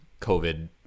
covid